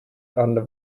under